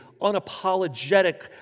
unapologetic